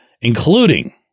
including